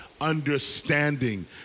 Understanding